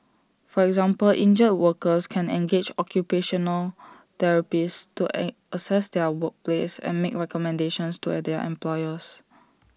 for example injured workers can engage occupational therapists to assess their workplace and make recommendations to their employers